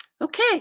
Okay